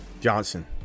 Johnson